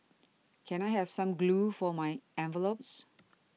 can I have some glue for my envelopes